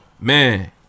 Man